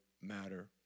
matter